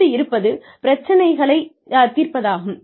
அடுத்து இருப்பது பிரச்சனைகளைத் தீர்ப்பதாகும்